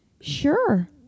Sure